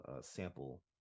sample